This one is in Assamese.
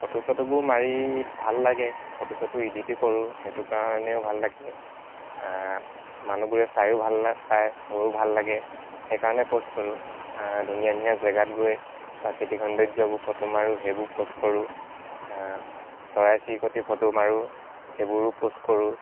ফটো চটোবোৰ মাৰি ভাল লাগে ফটো চটো ইডিতো কৰোঁ সেইটো কাৰণেও ভাল লাগে মানুহবোৰে চায়ো ভালে পায় মোৰো ভাল লাগে সেইকাৰণে পোষ্ট কৰোঁ ধুনীয়া ধুনীয়া জেগাত গৈ প্ৰাকৃতিক সৌন্দৰ্যবোৰ ফটো মাৰোঁ সেইবোৰ পোষ্ট কৰোঁ চৰাই চিৰিকটিৰ ফটো মাৰোঁ সেইবোৰো পোষ্ট কৰোঁ